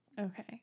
Okay